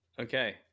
Okay